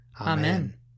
Amen